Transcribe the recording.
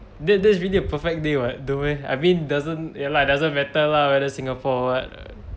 that that's really a perfect day what no meh I mean doesn't ya lah doesn't matter lah whether singapore or what